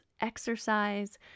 exercise